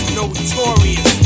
notorious